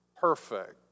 perfect